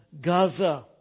Gaza